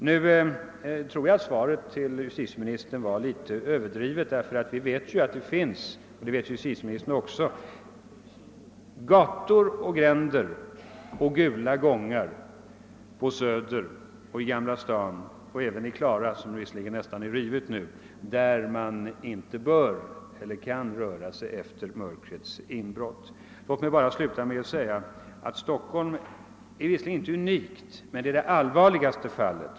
Nu tror jag att svaret till justitieministern var litet överdrivet, ty vi vet — det gör också justitieministern — att det finns gator och gränder och gula gångar på Söder och i Gamla Stan och även i Klara — som visserligen nästan är rivet numera — där man inte bör eller kan röra sig efter mörkrets inbrott. Låt mig sluta med att erinra om att Stockholm, även om det inte är unikt, är det allvarligaste fallet.